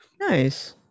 nice